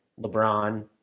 LeBron